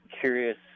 curious